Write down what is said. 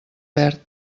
perd